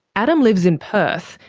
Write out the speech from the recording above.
adam lives in perth,